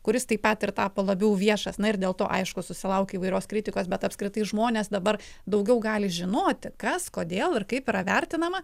kuris taip pat ir tapo labiau viešas na ir dėl to aišku susilaukė įvairios kritikos bet apskritai žmonės dabar daugiau gali žinoti kas kodėl ir kaip yra vertinama